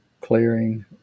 clearing